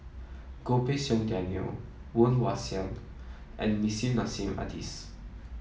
Goh Pei Siong Daniel Woon Wah Siang and Nissim Nassim Adis